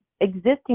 existing